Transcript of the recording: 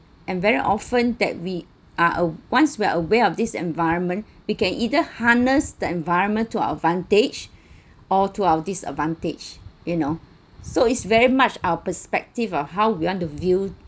and very often that we are uh once we're aware of this environment we can either harnessed the environment to our advantage or to our disadvantage you know so it's very much our perspective uh how you want to view